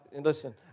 listen